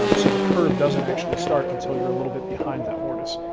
um so the curve doesn't actually start until you're a little bit behind that mortise.